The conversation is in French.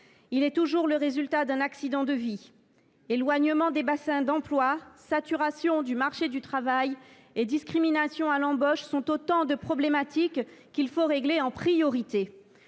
Il est toujours le résultat d’un accident de vie. Éloignement des bassins d’emploi, saturation du marché du travail et discrimination à l’embauche sont autant de problématiques qu’il faut régler en priorité.